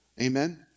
Amen